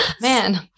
Man